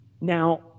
now